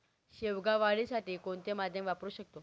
शेवगा वाढीसाठी कोणते माध्यम वापरु शकतो?